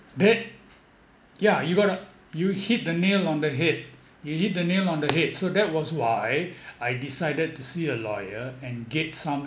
that yeah you got uh you hit the nail on the head you hit the nail on the head so that was why I decided to see a lawyer and get some